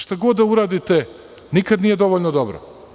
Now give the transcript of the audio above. Šta god da uradite, nikad nije dovoljno dobro.